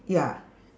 ya